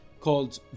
Called